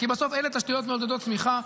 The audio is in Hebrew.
כי בסוף אלה תשתיות מעודדות צמיחה.